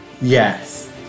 Yes